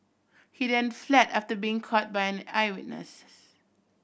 he then fled after being caught by an eyewitnesses